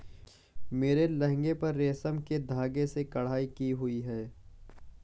मेरे लहंगे पर रेशम के धागे से कढ़ाई की हुई है